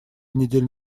недели